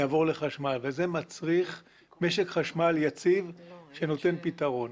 יעברו לחשמל וזה מצריך משק חשמל יציב שנותן פתרון.